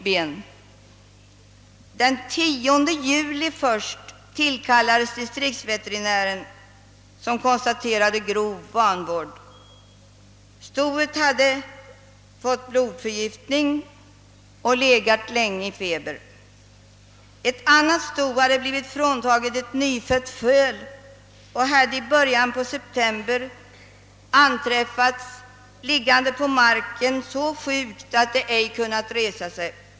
Först den 10 juli tillkallades distriktsveterinären, som konstaterade grov vanvård, Stoet hade fått blodförgiftning och legat länge i feber. Ett annat sto hade blivit fråntaget ett nyfött föl och hade i början på september anträffats liggande på marken så sjukt att det inte kunnat resa sig.